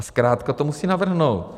A zkrátka to musí navrhnout.